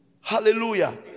Hallelujah